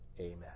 Amen